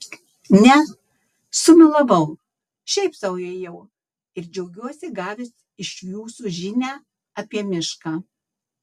ne sumelavau šiaip sau ėjau ir džiaugiuosi gavęs iš jūsų žinią apie mišką